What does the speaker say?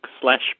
slash